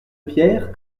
pierre